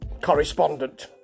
correspondent